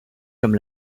comme